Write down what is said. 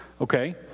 okay